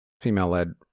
female-led